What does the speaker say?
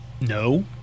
No